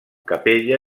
capella